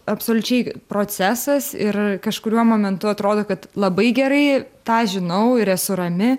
absoliučiai procesas ir kažkuriuo momentu atrodo kad labai gerai tą žinau ir esu rami